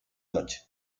noche